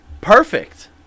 perfect